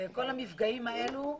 כל המפגעים האלו,